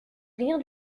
rien